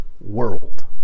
world